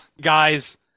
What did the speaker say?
guys